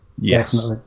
Yes